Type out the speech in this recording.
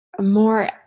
more